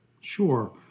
Sure